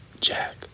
Jack